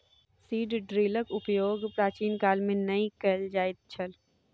seed ड्रीलक उपयोग प्राचीन काल मे नै कय ल जाइत छल